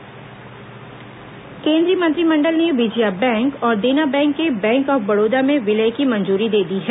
cabinet bank केंद्रीय मंत्रिमंडल ने विजया बैंक और देना बैंक के बैंक ऑफ बड़ौदा में विलय की मंजूरी दे दी है